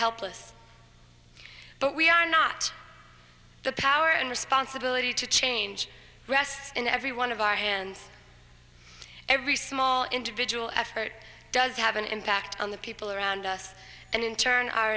helpless but we are not the power and responsibility to change rests in every one of our hands every small individual effort does have an impact on the people around us and in turn our